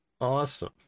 Awesome